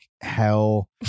hell